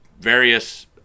various